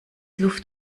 luft